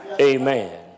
Amen